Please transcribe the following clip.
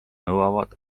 nõuavad